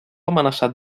amenaçat